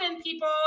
people